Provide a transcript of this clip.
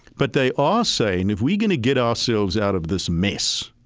but they are saying, if we're going to get ourselves out of this mess,